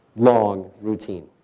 long routine.